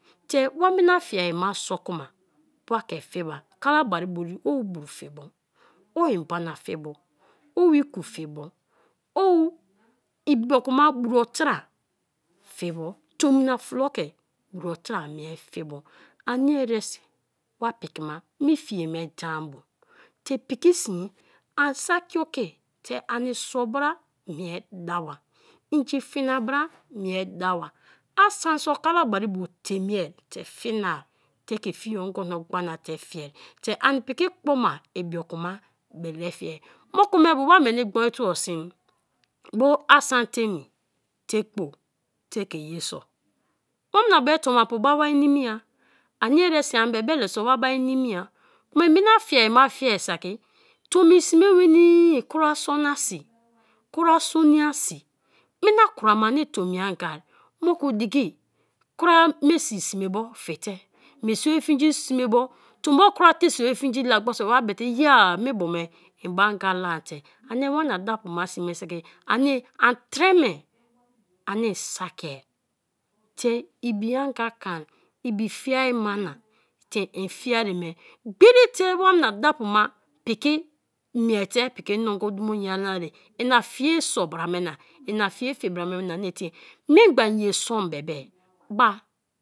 Te wa mina fiai ma sor kuma, wa ke fi ba, kalahari buru o buru fibo, o inbana fibo, o iku fibo, o ibioku ma buruatera fibo, yomna flo ke buruo tera miefibo, ani eresi wa piki ma mi fie me dan bu te piki sin an saki kete ani so bra mie dawa, inji fina bra mie dawa, ansa so kabari bo te miei te fina te ke fie ogono agbana te fie te ani piki kpo maibio kuma bele fiei; moku me bo wa meni gboi tuo sim bo asan temie te kpo te ke ye sor, omna be tonwa pu ma wai nimia kma in mina fiai ma fie saki tomi sme nwenii kwa sonosi, kwa soniasi, mina kwa ma ani tomi anga moku diki kwa mesi sme bo fie te, mesi oye fingi sme bo, tombo kwa tesi onye fingi la gbo isiaki wa be te iyea mi bo me mbo anga la-a te ani wana dapu bra sme be saki ani an tre me ani saki te ibianga ken ibifiai ma na te in fiea me gberi te wana dapu ma piki mie te piki nongo dumo nyana-afe; ina fie sor bra nae na ina fie fi bra me na ani tie memgba iye som be be ba.